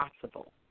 possible